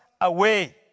away